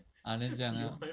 ahneh 这样 ah